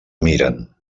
miren